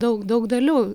dau daug dalių